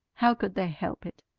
how could they help it?